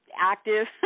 active